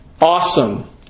Awesome